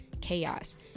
chaos